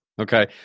Okay